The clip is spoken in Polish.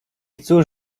cóż